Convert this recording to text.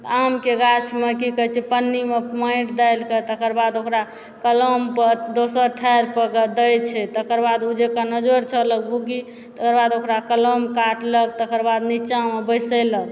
आमके गाछमे की कहै छै पन्नीमे माटि डालि कऽ तकर बाद ओकरा कलम पर दोसर ठारि पर कऽ ओकरा दए छै तकर बाद ओ जे कोना जड़ि चल तकर बाद ओकरा कलम काटलक तकर बाद निच्चामे बैसेलक